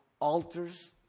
altars